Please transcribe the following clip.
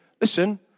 Listen